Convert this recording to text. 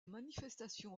manifestation